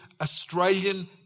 Australian